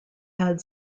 had